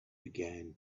began